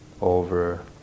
over